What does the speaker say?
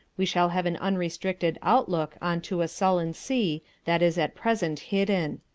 we shall have an unrestricted outlook on to a sullen sea that is at present hidden.